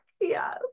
Yes